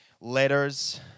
Letters